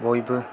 बयबो